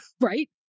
right